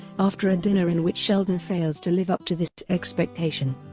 after a dinner in which sheldon fails to live up to this expectation,